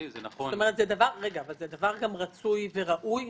זה דבר רצוי וראוי.